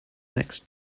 next